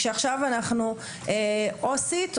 כשעובדת סוציאלית,